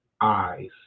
eyes